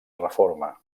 reforma